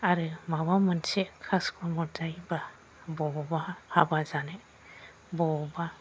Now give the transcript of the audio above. आरो माबा मोनसे खास खमत जायोबा बबावबा हाबा जानाय बबावबा